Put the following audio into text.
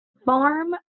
Farm